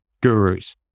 gurus